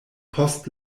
post